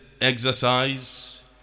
exercise